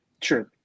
sure